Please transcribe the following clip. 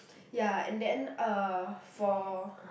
ya and then uh for